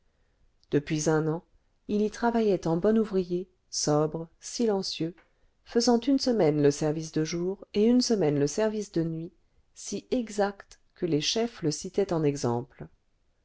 depuis un an il y travaillait en bon ouvrier sobre silencieux faisant une semaine le service de jour et une semaine le service de nuit si exact que les chefs le citaient en exemple